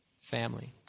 family